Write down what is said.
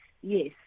yes